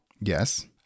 Yes